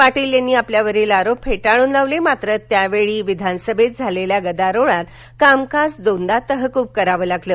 पाटील यांनी आपल्यावरील आरोप फेटाळन लावले मात्र त्यावेळी विधानसभेत झालेल्या गदारोळात कामकाज दोनदा तहकूब करावं लागलं